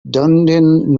dunedin